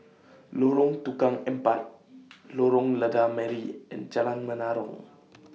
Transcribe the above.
Lorong Tukang Empat Lorong Lada Merah and Jalan Menarong